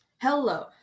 Hello